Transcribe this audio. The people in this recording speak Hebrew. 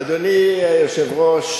אדוני היושב-ראש,